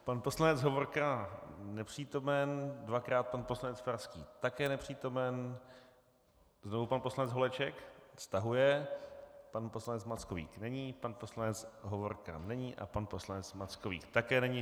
Pan poslanec Hovorka je nepřítomen, dvakrát pan poslanec Farský také nepřítomen, znovu pan poslanec Holeček, stahuje, pan poslanec Mackovík není, pan poslanec Hovorka není a pan poslanec Mackovík také není.